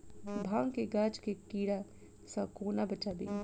भांग केँ गाछ केँ कीड़ा सऽ कोना बचाबी?